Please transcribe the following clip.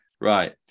right